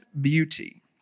beauty